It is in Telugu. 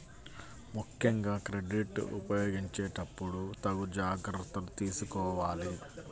ముక్కెంగా క్రెడిట్ ఉపయోగించేటప్పుడు తగు జాగర్తలు తీసుకోవాలి